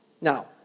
Now